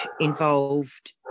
involved